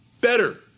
better